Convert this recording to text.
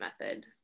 method